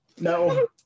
No